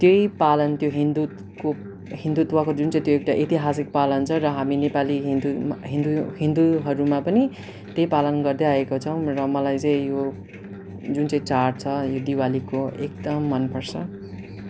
त्यही पालन त्यो हिन्दूको हिन्दूत्वको जुन चाहिँ एउटा ऐतिहासिक पालन छ र हामी नेपाली हिन्दू हिन्दू हिन्दूहरूमा पनि त्यही पालन गर्दै आएको छौँ र मलाई चैँ यो जुन चैँ चाड छ यो दिवालीको एकदम मनपर्छ